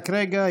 רק רגע,